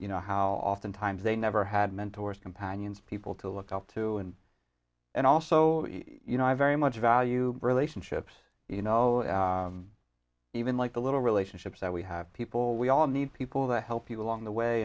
you know how oftentimes they never had mentors companions people to look up to and and also you know i very much value relationships you know even like the little relationships that we have people we all need people that help you along the way